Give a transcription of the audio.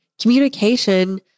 communication